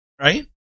right